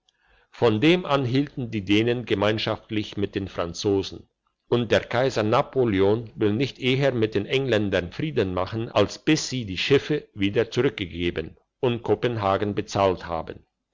von dem an hielten die dänen gemeinschaftlich mit den franzosen und kaiser napoleon will nicht eher mit den engländern friede machen als bis sie die schiffe wieder zurückgegeben und kopenhagen bezahlt haben